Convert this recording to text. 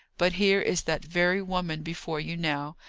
but here is that very woman before you now,